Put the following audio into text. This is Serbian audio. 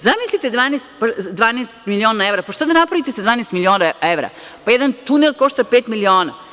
Zamislite 12 miliona evra, pa šta da napravite sa 12 miliona evra, jedan tunel košta 5 miliona.